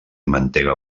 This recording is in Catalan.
mantega